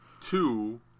two